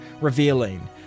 revealing